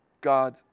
God